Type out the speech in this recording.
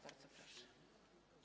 Bardzo proszę.